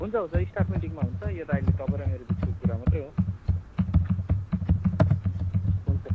हुन्छ हुन्छ स्टाफ मिटिङमा हुन्छ यो त अहिले तपाईँ र मेरोबिचको कुरा मात्रै हो हुन्छ